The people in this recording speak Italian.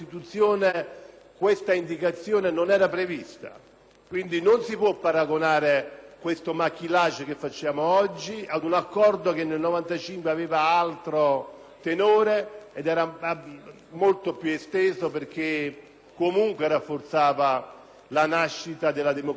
Quindi, non si può paragonare il *maquillage* che facciamo oggi ad un accordo che nel 1995 aveva altro tenore ed era molto più esteso perché comunque rafforzava la nascita della democrazia bipolare e della democrazia dell'alternanza nel nostro Paese.